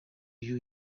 you